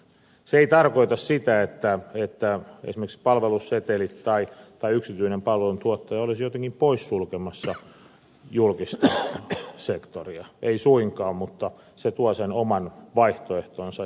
se ei tarkoita sitä että esimerkiksi palveluseteli tai yksityinen palveluntuottaja olisivat jotenkin poissulkemassa julkista sektoria ei suinkaan mutta ne tuovat sen oman vaihtoehtonsa